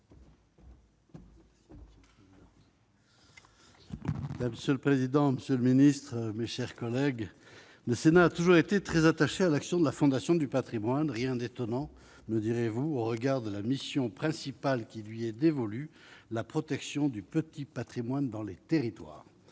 Sous le président, Monsieur le Ministre, mes chers collègues de cela a toujours été très attaché à l'action de la Fondation du Patrimoine, rien d'étonnant, me direz-vous, au regard de la mission principale qui lui est dévolu la protection du petit Patrimoine dans les territoires,